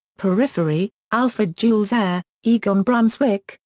periphery alfred jules ayer, egon brunswik,